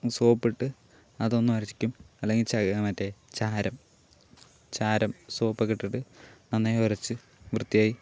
സോപ്പിട്ട് അതൊന്നു ഉരയ്ക്കും അല്ലെങ്കിൽ ചകി മറ്റേ ചാരം ചാരം സോപ്പ് ഒക്കെ ഇട്ടിട്ട് നന്നായി ഉരച്ച് വൃത്തിയായി